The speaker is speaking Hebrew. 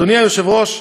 אדוני היושב-ראש,